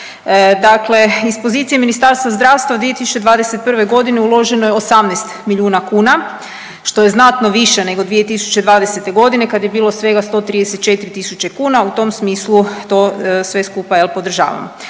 Dakle, iz pozicije Ministarstva zdravstva u 2021.g. uloženo je 18 milijuna kuna što je znatno više nego 2020.g. kad je bilo svega 134.000 kuna u tom smislu to sve skupa podržavam.